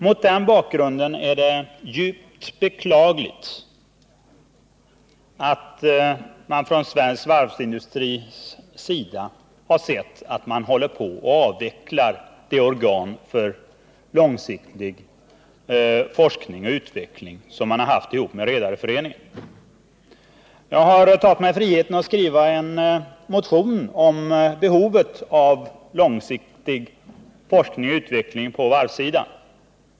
Mot den bakgrunden är det djupt beklagligt att man håller på att avveckla det organ för långsiktig forskning och utveckling som svensk varvsindustri har haft ihop med redarna. Jag har tagit mig friheten att skriva en motion om behovet av långsiktig forskning och utveckling på varvssidan.